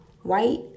white